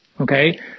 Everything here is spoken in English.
okay